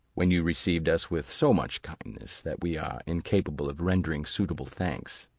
when you received us with so much kindness, that we are incapable of rendering suitable thanks.